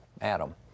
Adam